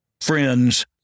friends